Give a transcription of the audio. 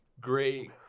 great